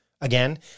Again